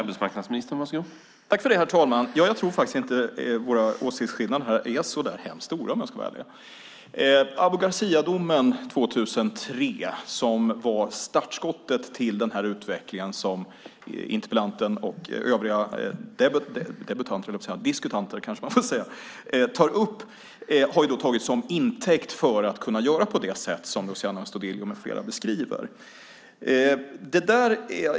Herr talman! Jag tror inte att våra åsiktsskillnader är så stora. Abu Garcia-domen från 2003, som var startskottet till den utveckling som interpellanten och övriga debattörer tar upp, har tagits som intäkt för att kunna göra på det sätt som Luciano Astudillo med flera beskriver.